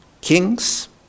kings